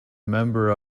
member